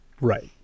Right